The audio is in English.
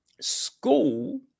school